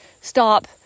stop